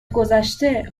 گذشته